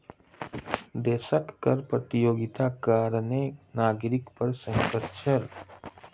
देशक कर प्रतियोगिताक कारणें नागरिक पर संकट छल